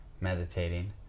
meditating